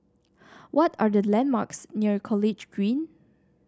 what are the landmarks near College Green